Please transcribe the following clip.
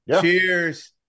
Cheers